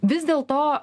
vis dėl to